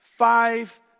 Five